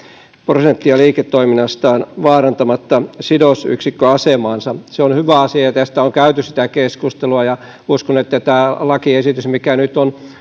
prosenttia liiketoiminnastaan vaarantamatta sidosyksikköasemaansa se on hyvä asia ja tästä on käyty keskustelua ja uskon että tämän lakiesityksen mikä nyt on